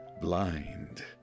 blind